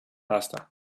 pasta